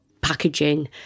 packaging